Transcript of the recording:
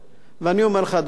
אדוני שר האוצר,